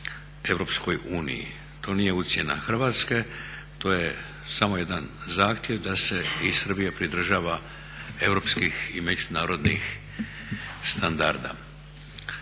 vrata EU. To nije ucjena Hrvatske, to je samo jedan zahtjev da se i Srbija pridržava europskih i međunarodnih standarda.